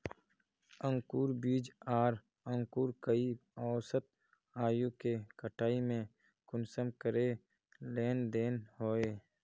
अंकूर बीज आर अंकूर कई औसत आयु के कटाई में कुंसम करे लेन देन होए?